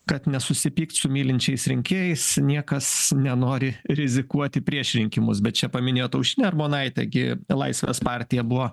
kad nesusipykt su mylinčiais rinkėjais niekas nenori rizikuoti prieš rinkimus bet čia paminėjot aušrinę armonaitę gi laisvės partija buvo